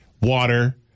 water